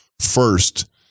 first